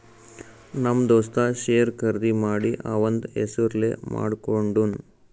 ನಮ್ ದೋಸ್ತ ಶೇರ್ ಖರ್ದಿ ಮಾಡಿ ಅವಂದ್ ಹೆಸುರ್ಲೇ ಮಾಡ್ಕೊಂಡುನ್